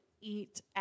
Eat